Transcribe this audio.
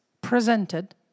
presented